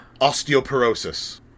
Osteoporosis